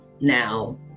Now